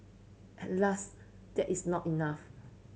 alas that is not enough